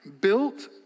built